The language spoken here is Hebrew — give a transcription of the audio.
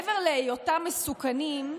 מעבר להיותם מסוכנים,